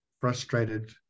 frustrated